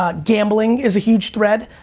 ah gambling is a huge thread.